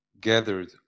gathered